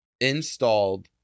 installed